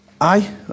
Aye